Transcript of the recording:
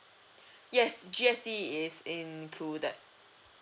yes G_S_T is included